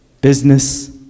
business